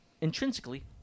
intrinsically